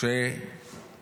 מספיק השמצתם אותם.